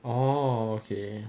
oh okay